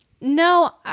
No